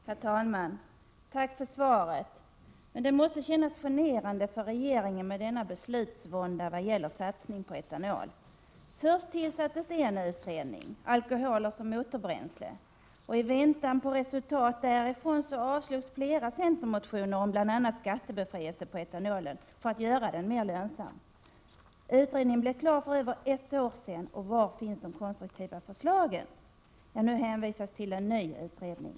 Herr talman! Tack för svaret. Det måste kännas generande för regeringen med denna beslutsvånda i vad gäller satsning på etanol. Först tillsatte man en utredning, alkoholer som motorbränsle, och i väntan på resultat från denna avslogs flera centermotioner med förslag om bl.a. skattebefrielse på etanolen för att göra den mer lönsam. Utredningen blev klar för över ett år sedan, men var finns de konstruktiva förslagen? Nu hänvisar man till en ny utredning.